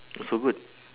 that's a good